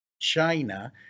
China